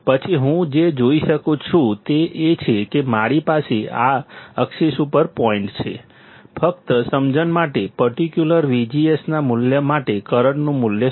પછી હું જે જોઈ શકું છું તે એ છે કે મારી પાસે આ અક્સિસ ઉપર પોઇન્ટ છે ફક્ત સમજણ માટે પર્ટિક્યુલર VGS ના મૂલ્ય માટે કરંટનું મૂલ્ય શું છે